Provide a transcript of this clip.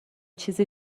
چیزی